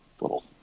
little